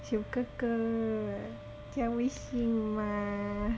小哥哥加微信吗